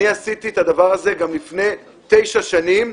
עשיתי את הדבר הזה גם לפני תשע שנים,